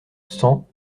cent